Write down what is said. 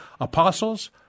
apostles